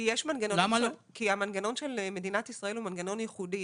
כי המנגנון של מדינת ישראל הוא מנגנון ייחודי,